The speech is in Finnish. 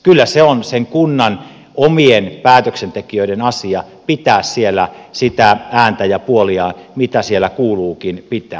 kyllä se on sen kunnan omien päätöksentekijöiden asia pitää siellä sitä ääntä ja puoliaan mitä siellä kuuluukin pitää